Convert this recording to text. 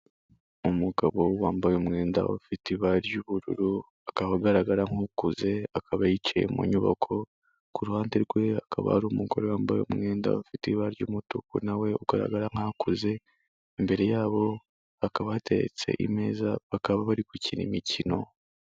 Umugabo wambaye umwenda ufite ibara ry'ubururu, akaba agaragara nk'ukuze akaba yicaye mu nyubako, ku ruhande rwe hakaba hari umugore wambaye umwenda ufite ibara ry'umutuku nawe ugaragara nkaho akuze, imbere yabo hakaba hateretse imeza bakaba bari gukina imikino.